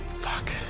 Fuck